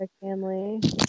Family